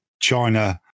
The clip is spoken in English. China